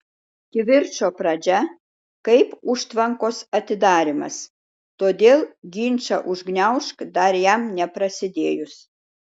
kivirčo pradžia kaip užtvankos atidarymas todėl ginčą užgniaužk dar jam neprasidėjus